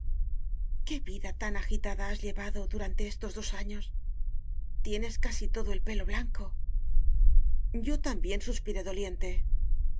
qué vida tan agitada has llevado duran te estos dos años tienes casi todo el pelo blanco yo también suspiré doliente